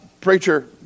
preacher